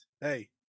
hey